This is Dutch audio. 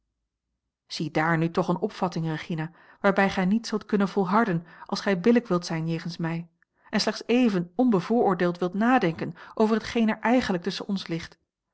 ziedaar nu toch eene opvatting regina waarbij gij niet zult kunnen volharden als gij billijk wilt zijn jegens mij en slechts even onbevooroordeeld wilt nadenken over hetgeen er eigenlijk tusschen ons ligt